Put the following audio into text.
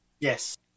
Yes